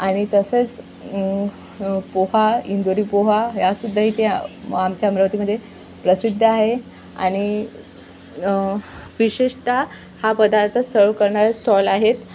आणि तसेच पोहा इंदोरी पोहा या सुद्धा इथे आमच्या अमरावतीमध्ये प्रसिद्ध आहे आणि विशेषत हा पदार्थ सर्व करणारे स्टॉल आहेत